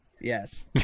Yes